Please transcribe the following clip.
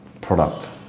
product